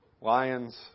lions